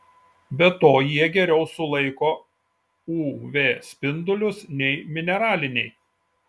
be to jie geriau sulaiko uv spindulius nei mineraliniai